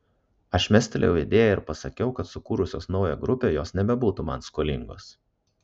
aš mestelėjau idėją ir pasakiau kad sukūrusios naują grupę jos nebebūtų man skolingos